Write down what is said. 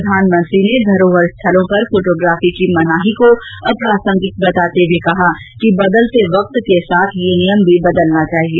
प्रधानमंत्री ने धरोहरस्थलों पर फोटोग्राफी की मनाही को अप्रासंगिक बताते हुए कहा कि बदलते वक्त के साथ यह नियम भी बदलना चाहिए